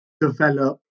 develop